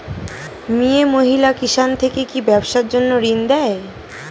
মিয়ে মহিলা কিষান থেকে কি ব্যবসার জন্য ঋন দেয়?